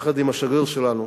יחד עם השגריר שלנו